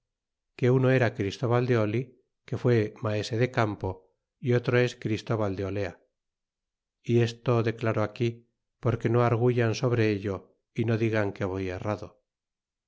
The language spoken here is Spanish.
que uno era christóbal de oli que fué maese de campo y otro es christúbal de olea y esto declaro aquí porque no arguyan sobre ello y no digan que voy errado